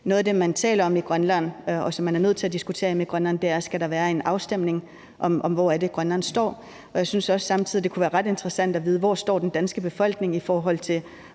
Noget af det, man taler om i Grønland, og som man er nødt til at diskutere hjemme i Grønland, er, om der skal være en afstemning om, hvor Grønland står. Jeg synes også samtidig, det kunne være ret interessant at vide, hvor den danske befolkning står, i forhold til